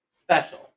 special